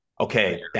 Okay